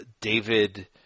David –